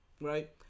right